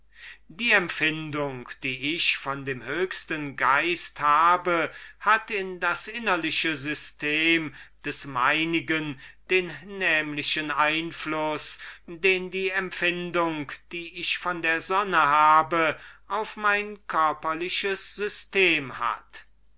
die empfindung die ich von dem höchsten geiste habe hat in das innerliche system des meinigen den nämlichen einfluß den die empfindung die ich von der sonne habe auf mein körperliches system hat